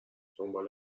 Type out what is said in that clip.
دنبال